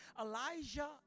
Elijah